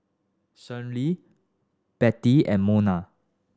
Schley Bettie and Mona